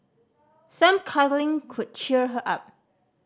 some cuddling could cheer her up